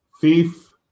thief